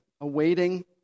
awaiting